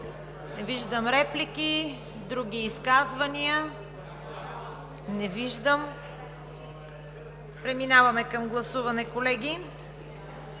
Не виждам реплики. Други изказвания? Не виждам. Преминаваме към гласуване, колеги.